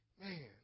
man